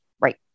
Right